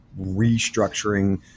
restructuring